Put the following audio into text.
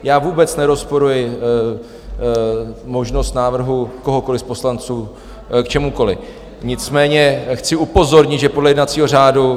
Já vůbec nerozporuji možnost návrhu kohokoliv z poslanců k čemukoliv, nicméně chci upozornit, že podle jednacího řádu